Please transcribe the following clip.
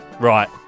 Right